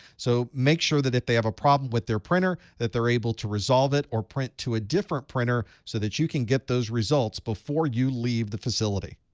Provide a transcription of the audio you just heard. so make sure that if they have a problem with their printer that they're able to resolve it or print to a different printer so that you can get those results before you leave the facility.